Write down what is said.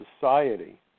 society